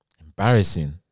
embarrassing